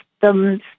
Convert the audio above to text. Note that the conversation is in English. systems